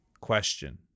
Question